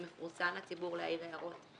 שזה מפורסם לציבור להעיר הערות.